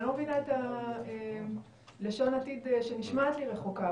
אני לא מבינה את לשון העתיד שנשמעת לי רחוקה.